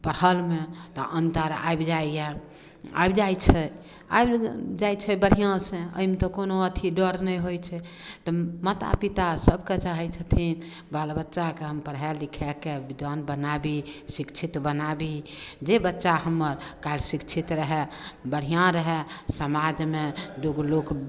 पढ़लमे तऽ अन्तर आबि जाइए आबि जाइ छै आबि जाइ छै बढ़िआँ से एहिमे तऽ कोनो अथी डर नहि होइ छै तऽ माता पिता सभके चाहै छथिन बाल बच्चाके हम पढ़ाके लिखाके बिद्वान बनाबी शिक्षित बनाबी जे बच्चा हमर काल्हि शिक्षित रहै बढ़िआँ रहै समाजमे दुगो लोक